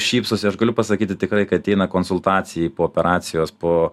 šypsosi aš galiu pasakyti tikrai kai ateina konsultacijai po operacijos po